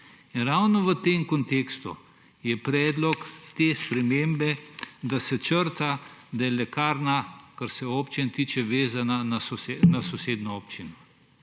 In ravno v tem kontekstu je predlog te spremembe, da se črta, da je lekarna, kar se občin tiče, vezana na sosednjo občino.